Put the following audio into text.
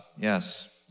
Yes